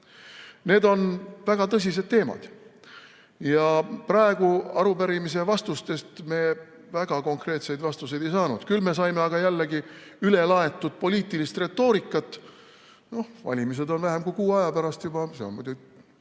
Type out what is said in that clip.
Need on väga tõsised teemad ja praegu arupärimise vastustest me väga konkreetseid vastuseid ei saanud. Küll me saime jällegi ülelaetud poliitilist retoorikat. Noh, valimised on vähem kui kuu aja pärast juba, see on muidugi